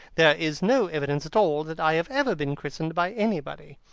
there is no evidence at all that i have ever been christened by anybody.